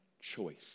choice